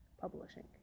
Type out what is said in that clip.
publishing